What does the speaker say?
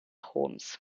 holmes